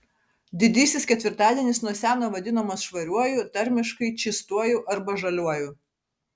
didysis ketvirtadienis nuo seno vadinamas švariuoju tarmiškai čystuoju arba žaliuoju